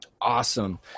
Awesome